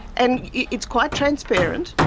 and it's quite transparent,